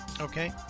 Okay